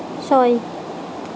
ছয়